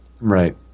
Right